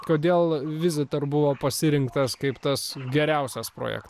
kodėl visitor buvo pasirinktas kaip tas geriausias projektas